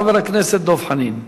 חבר הכנסת דב חנין.